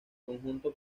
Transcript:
conjunto